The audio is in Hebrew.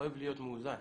אוהב להיות מאוזן.